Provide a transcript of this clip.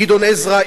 גדעון עזרא,